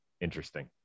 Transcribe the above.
Interesting